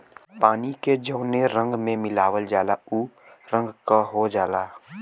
पानी के जौने रंग में मिलावल जाला उ रंग क हो जाला